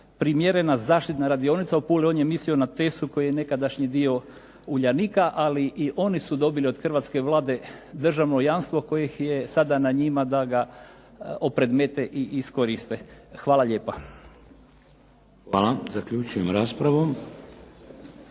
primjerena zaštitna radionica u Puli, on je misli na Tesu koji je nekadašnji dio Uljanika, ali i oni su dobili od hrvatske Vlade državno jamstvo koje je sada na njima da ga opredmete i iskoriste. Hvala lijepa. **Šeks, Vladimir